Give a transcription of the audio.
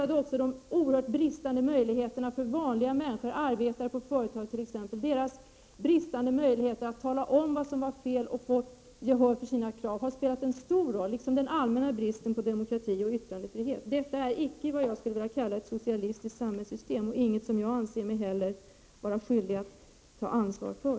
De bristande möjligheterna för vanliga människor, t.ex. arbetare på företag, att tala om vad som var fel och få gehör för sina krav, har naturligtvis också spelat en stor roll, liksom den allmänna bristen på demokrati och yttrandefrihet. Detta är icke vad jag skulle vilja kalla ett socialistiskt samhällssystem, och det är inte heller någonting som jag anser mig vara skyldig att ta ansvar för.